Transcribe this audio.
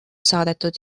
saadetud